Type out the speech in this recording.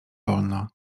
wolno